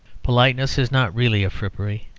politeness is not really a frippery.